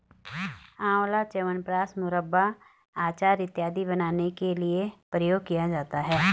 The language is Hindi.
आंवला च्यवनप्राश, मुरब्बा, अचार इत्यादि बनाने के लिए प्रयोग किया जाता है